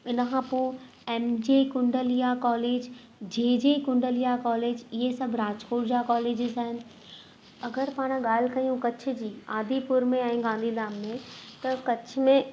हिन खां पोइ एम जे कुंडलिया कॉलेज जे जे कुंडलिया कॉलेज इअं सभु राजकोट जा कॉलेजिस आहिनि अगरि पाणि ॻाल्हि कयूं कच्छ जी आदिपुर में ऐं गांधीधाम में त कच्छ में